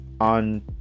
on